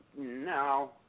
No